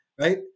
Right